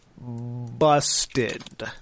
busted